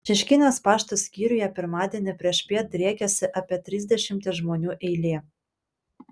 šeškinės pašto skyriuje pirmadienį priešpiet driekėsi apie trisdešimties žmonių eilė